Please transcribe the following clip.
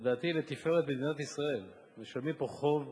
לדעתי, לתפארת מדינת ישראל, משלמים פה חוב,